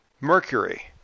Mercury